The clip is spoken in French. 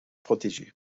protégés